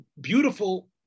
beautiful